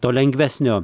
to lengvesnio